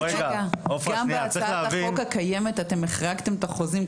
גם בהצעת החוק הקיימת אתם החרגתם את החוזים,